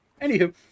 Anywho